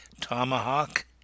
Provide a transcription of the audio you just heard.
tomahawk